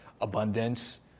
abundance